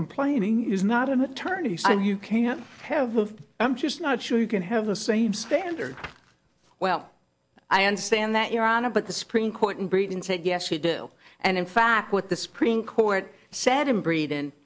complaining is not an attorney and you can have i'm just not sure you can have the same standard well i understand that you're on a but the supreme court in britain said yes you do and in fact what the supreme court said and breathe